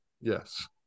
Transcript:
Yes